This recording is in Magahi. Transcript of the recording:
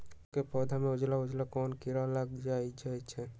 फूल के पौधा में उजला उजला कोन किरा लग जई छइ?